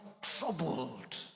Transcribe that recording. troubled